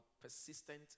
persistent